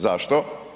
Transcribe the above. Zašto?